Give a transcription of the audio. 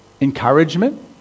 encouragement